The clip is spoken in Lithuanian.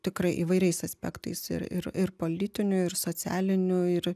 tikrai įvairiais aspektais ir ir ir politiniu ir socialiniu ir